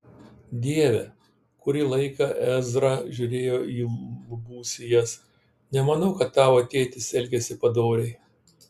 dieve kurį laiką ezra žiūrėjo į lubų sijas nemanau kad tavo tėtis elgėsi padoriai